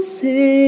say